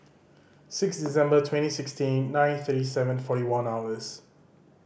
six December twenty sixteen nine thirty seven forty one hours